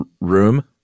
room